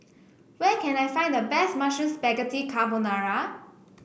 where can I find the best Mushroom Spaghetti Carbonara